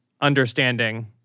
understanding